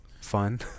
fun